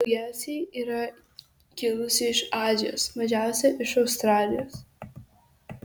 daugiausiai yra kilusių iš azijos mažiausia iš australijos